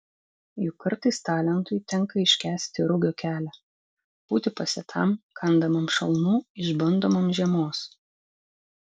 juk kartais talentui tenka iškęsti rugio kelią būti pasėtam kandamam šalnų išbandomam žiemos